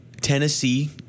Tennessee